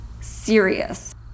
serious